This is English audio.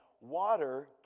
water